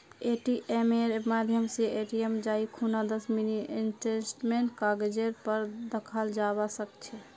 एटीएमेर माध्यम स एटीएमत जाई खूना दस मिनी स्टेटमेंटेर कागजेर पर दखाल जाबा सके छे